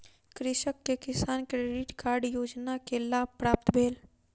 कृषक के किसान क्रेडिट कार्ड योजना के लाभ प्राप्त भेल